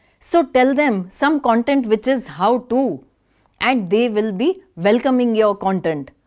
so tell them some content which is how to and they will be welcoming your content.